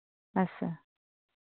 अच्छा